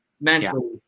Mentally